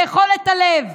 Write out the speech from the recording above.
לאכול את הלב.